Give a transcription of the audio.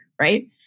right